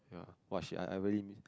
ya !wah! shit I I really need